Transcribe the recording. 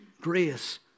Grace